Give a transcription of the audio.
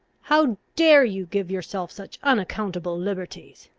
how dare you give yourself such unaccountable liberties?